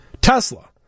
Tesla